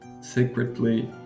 secretly